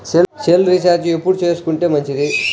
Cell recharge ఎప్పుడు చేసుకొంటే మంచిది?